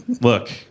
Look